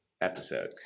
episode